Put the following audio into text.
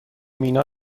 مینا